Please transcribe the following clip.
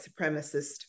supremacist